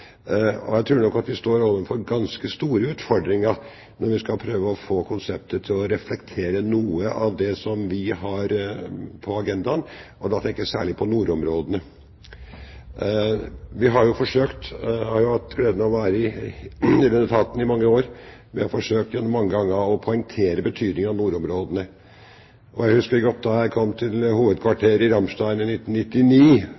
Jeg tror nok at vi står overfor ganske store utfordringer når vi skal prøve å få konseptet til å reflektere noe av det som vi har på agendaen, og da tenker jeg særlig på nordområdene. Jeg har hatt gleden av å være i denne etaten i mange år, og vi har forsøkt mange ganger å poengtere betydningen av nordområdene. Jeg husker godt at da jeg kom til